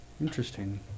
interesting